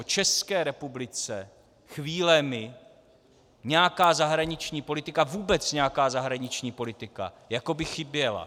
České republice chvílemi nějaká zahraniční politika, vůbec nějaká zahraniční politika, jako by chyběla.